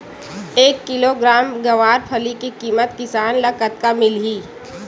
एक किलोग्राम गवारफली के किमत किसान ल कतका मिलही?